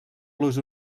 los